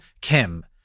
Kim